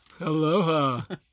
Aloha